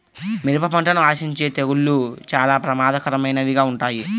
మిరప పంటను ఆశించే తెగుళ్ళు చాలా ప్రమాదకరమైనవిగా ఉంటాయి